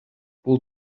бул